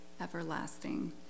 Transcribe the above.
everlasting